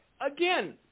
again